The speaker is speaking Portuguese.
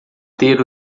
ter